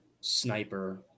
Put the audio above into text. sniper